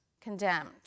condemned